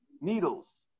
needles